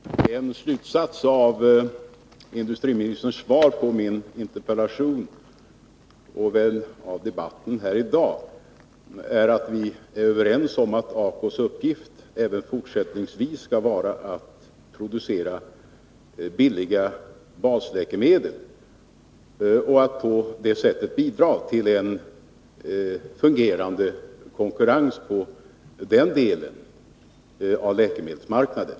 Herr talman! En slutsats av industriministerns svar på min interpellation och väl också av debatten här i dag är att vi är överens om att ACO:s uppgift även fortsättningsvis skall vara att producera billiga basläkemedel och att på det sättet bidra till en fungerande konkurrens på den delen av läkemedelsmarknaden.